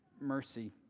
mercy